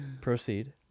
Proceed